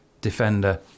defender